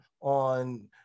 on